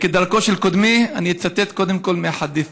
וכדרכו של קודמי, אני אצטט קודם כול מהחדית':